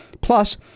plus